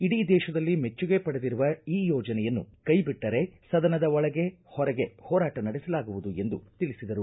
ಇಡೀ ದೇಶದಲ್ಲಿ ಮೆಚ್ಚುಗೆ ಪಡೆದಿರುವ ಈ ಯೋಜನೆಯನ್ನು ಕೈ ಬಿಟ್ಟರೆ ಸದನದ ಒಳಗೆ ಹೊರಗೆ ಹೋರಾಟ ನಡೆಸಲಾಗುವುದು ಎಂದು ತಿಳಿಸಿದರು